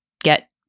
get